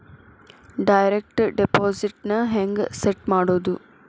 Direct deposit ನ ಹೆಂಗ್ set ಮಾಡೊದು?